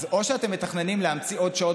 אז או שאתם מתכננים להמציא עוד שעות